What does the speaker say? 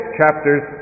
chapters